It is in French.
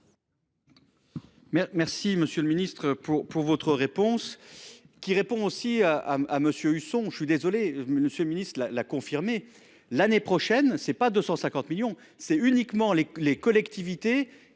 remercie, monsieur le ministre, pour votre réponse,